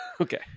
Okay